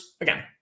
Again